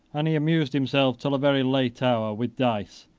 and he amused himself, till a very late hour, with dice,